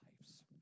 lives